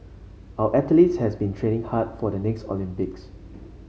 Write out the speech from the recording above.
our athletes has been training hard for the next Olympics